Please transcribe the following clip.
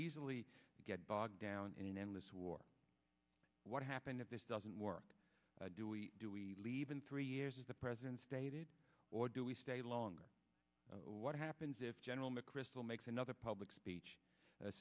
easily get bogged down in an endless war what happens if this doesn't work do we do we leave in three years as the president stated or do we stay longer what happens if general mcchrystal makes another public speech